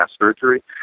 surgery